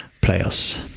players